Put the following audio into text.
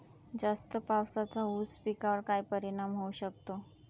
जास्त पावसाचा ऊस पिकावर काय परिणाम होऊ शकतो?